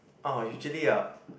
oh usually a